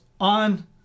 on